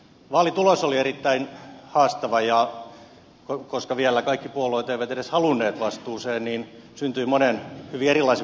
vaalitulos oli erittäin haastava ja koska vielä kaikki puolueet eivät edes halunneet vastuuseen niin syntyi monen hyvin erilaisen puolueen hallitus